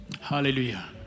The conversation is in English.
Hallelujah